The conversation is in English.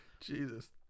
Jesus